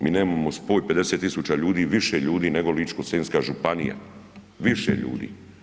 Mi nemamo spoj, 50 tisuća ljudi više ljudi nego Ličko-senjska županija, više ljudi.